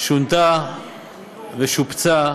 שונתה ושופצה,